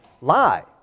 lie